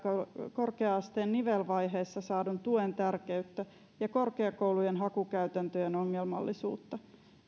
korkea asteen nivelvaiheessa saadun tuen tärkeyttä ja korkeakoulujen hakukäytäntöjen ongelmallisuutta